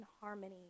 harmony